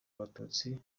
abatutsi